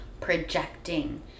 projecting